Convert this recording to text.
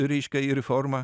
reiškia reforma